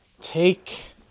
take